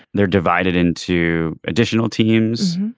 they're divided into additional teams.